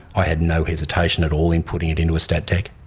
i had no hesitation at all in putting it into a stat dec.